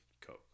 Coke